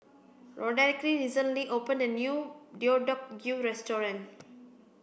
Roderic recently opened a new Deodeok Gui restaurant